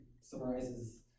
summarizes